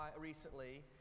recently